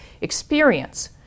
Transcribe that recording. experience